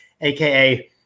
aka